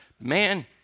Man